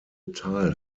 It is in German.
teil